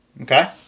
Okay